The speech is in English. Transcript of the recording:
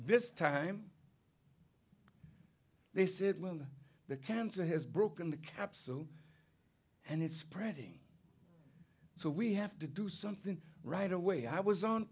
this time they said well the cancer has broken the capsule and it's spreading so we have to do something right away i was on